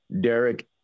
Derek